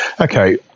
Okay